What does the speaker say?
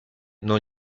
non